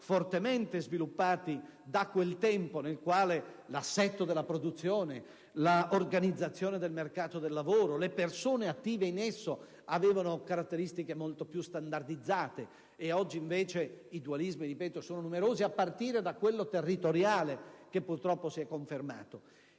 fortemente sviluppati dal tempo nel quale l'assetto della produzione, l'organizzazione del mercato del lavoro e le persone in esso attive avevano caratteristiche molto più standardizzate. Oggi, invece, i dualismi sono numerosi, a partire da quello territoriale, che purtroppo si è confermato.